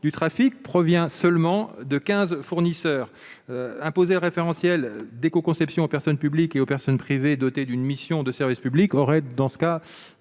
du trafic provient de quinze fournisseurs seulement. Imposer un référentiel d'écoconception aux personnes publiques et aux personnes privées dotées d'une mission de service public aurait, dans ce cas,